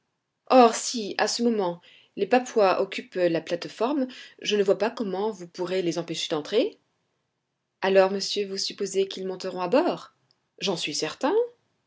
or si à ce moment les papouas occupent la plate-forme je ne vois pas comment vous pourrez les empêcher d'entrer alors monsieur vous supposez qu'ils monteront à bord j'en suis certain